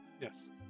Yes